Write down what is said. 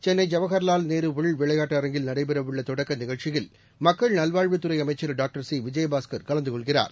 சென்னை ஜவஹர்லால் நேரு உள் விளையாட்டு அரங்கில் நடைபெற உள்ள தொடக்க நிகழ்ச்சியில் மக்கள் நல்வாழ்வுத்துறை அமைச்சர் டாக்டர் சி விஜயபாஸ்கர் கலந்து கொள்கிறார்